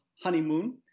honeymoon